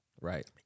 right